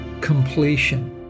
completion